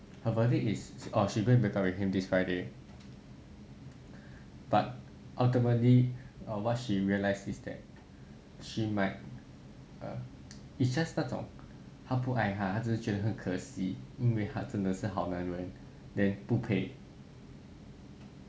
her verdict is orh she is going to break up with him this friday but ultimately what she realised is that she might err it's just 那种她不爱他她只是觉得很可惜因为他真的是好男人 but then 不配